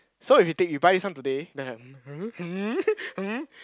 so if you take you buy this one today then I um !huh! !huh! !huh!